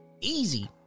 Easy